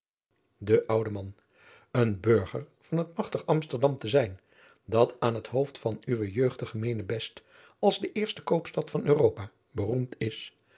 de oude man een burger van het magtig amsterdam te zijn dat aan het hoofd van uw jeugdig gemeenebest als de eerste koopstad van europa beroemd is